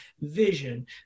vision